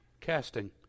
Casting